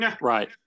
Right